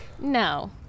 No